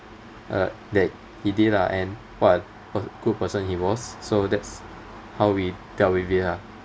uh that he did lah and what a good person he was so that's how we dealt with it lah